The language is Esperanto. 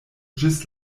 ĝis